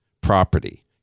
property